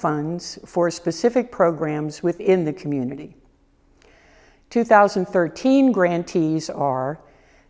funds for specific programs within the community two thousand and thirteen grantees are